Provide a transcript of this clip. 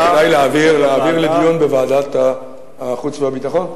את זה כדאי להעביר לדיון בוועדת החוץ והביטחון?